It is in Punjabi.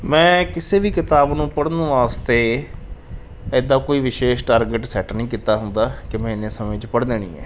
ਮੈਂ ਕਿਸੇ ਵੀ ਕਿਤਾਬ ਨੂੰ ਪੜ੍ਹਨ ਵਾਸਤੇ ਇੱਦਾਂ ਕੋਈ ਵਿਸ਼ੇਸ਼ ਟਾਰਗਟ ਸੈੱਟ ਨਹੀਂ ਕੀਤਾ ਹੁੰਦਾ ਕਿ ਮੈਂ ਇੰਨੇ ਸਮੇਂ 'ਚ ਪੜ੍ਹ ਦੇਣੀ ਹੈ